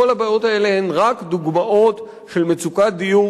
כל הבעיות האלה הן רק דוגמאות של מצוקת דיור